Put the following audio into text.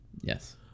Yes